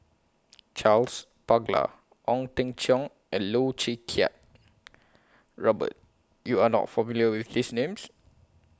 Charles Paglar Ong Teng Cheong and Loh Choo Kiat Robert YOU Are not familiar with These Names